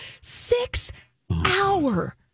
six-hour